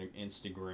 Instagram